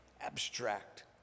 abstract